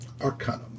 Arcanum